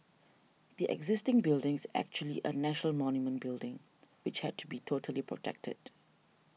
the existing building is actually a national monument building which had to be totally protected